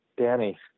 Danny